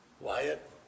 Wyatt